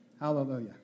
Hallelujah